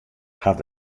hat